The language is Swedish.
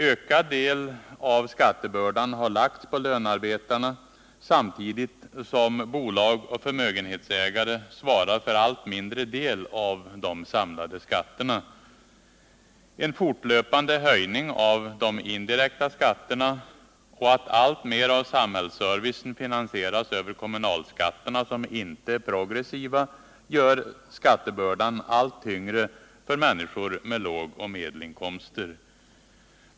Ökad del av skattebördan har lagts på lönarbetarna, samtidigt som bolag och förmögenhetsägare svarar för allt mindre del av de samlade skatterna. En fortlöpande höjning av de indirekta skatterna och det faktum att alltmer av samhällsservicen finansieras över kommunalskatterna — som inte är progressiva — gör skattebördan allt tyngre för människor med låga eller medelstora inkomster.